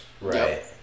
Right